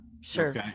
sure